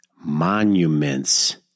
monuments